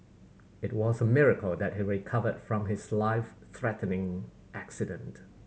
it was a miracle that he recovered from his life threatening accident